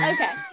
Okay